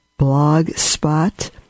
blogspot